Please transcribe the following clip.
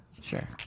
Sure